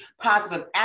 positive